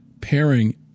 pairing